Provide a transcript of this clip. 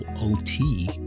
OT